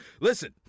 Listen